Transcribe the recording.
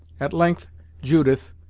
at length judith,